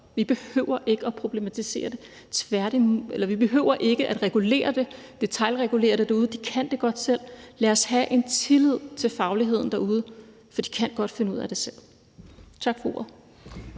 og det forstår jeg faktisk godt. Vi behøver ikke at detailregulere det derude, for de kan godt selv. Lad os have en tillid til fagligheden derude, for de kan godt finde ud af det selv. Tak for ordet.